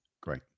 Great